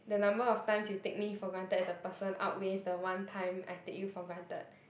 the number of times you take me for granted as a person outweighs the one time I take you for granted